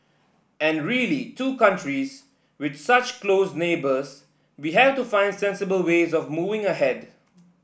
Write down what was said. and really two countries with such close neighbours we have to find sensible ways of moving ahead